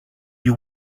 you